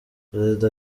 perezida